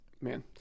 Man